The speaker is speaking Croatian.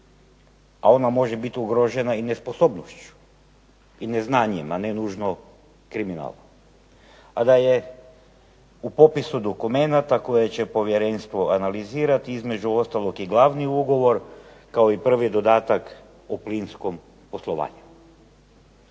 a ona može biti ugrožena i nesposobnošću i neznanjem, a ne nužno kriminalom. A da je u potpisu dokumenata koje će povjerenstvo analizirati između ostalog i glavni ugovor kao i prvi dodatak o plinskom poslovanju.